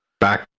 back